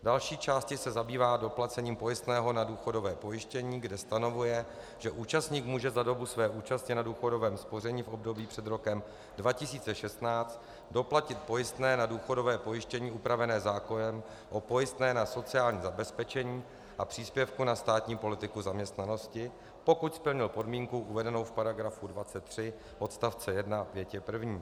V další části se zabývá doplacením pojistného na důchodové pojištění, kde stanovuje, že účastník může za dobu své účasti na důchodovém spoření v obdobích před rokem 2016 doplatit pojistné na důchodové pojištění upravené zákonem o pojistném na sociální zabezpečení a příspěvku na státní politiku zaměstnanosti, pokud splnil podmínku uvedenou v § 23 odst. 1 větě první.